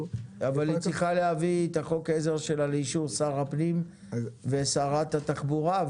--- אבל היא צריכה להביא את חוק העזר שלה לאישור שר הפנים ושרת התחבורה.